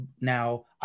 Now